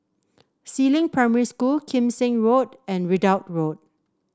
Si Ling Primary School Kim Seng Road and Ridout Road